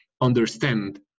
understand